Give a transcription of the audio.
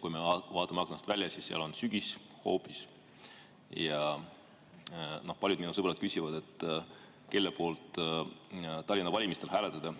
Kui me vaatame aknast välja, siis seal on sügis hoopis. Paljud minu sõbrad küsivad, kelle poolt Tallinna valimistel hääletada,